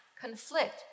conflict